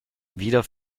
wieder